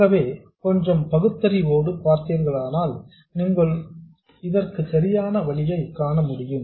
ஆகவே கொஞ்சம் பகுத்தறிவோடு பார்த்தீர்களானால் உங்களால் இதற்கு சரியான வழியை காண முடியும்